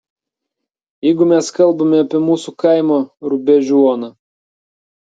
jeigu mes kalbame apie mūsų kaimo rubežių oną